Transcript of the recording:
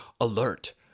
alert